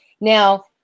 Now